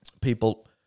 people